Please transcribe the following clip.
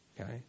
Okay